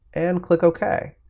and click ok.